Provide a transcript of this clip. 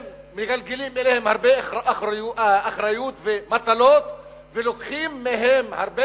מגלגלים אליהן הרבה אחריות ומטלות ולוקחים מהן הרבה